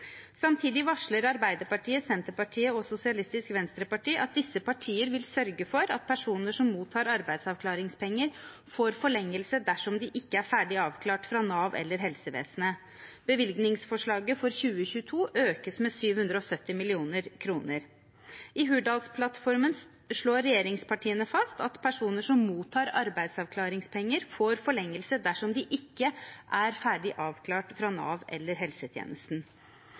Sosialistisk Venstreparti at disse partier vil sørge for at personer som mottar arbeidsavklaringspenger, får forlengelse dersom de ikke er ferdig avklart fra Nav eller helsevesenet. Bevilgningsforslaget for 2022 økes med 770 mill. kr. I Hurdalsplattformen slår regjeringspartiene fast at personer som mottar arbeidsavklaringspenger, får forlengelse dersom de ikke er ferdig avklart fra Nav eller helsetjenesten.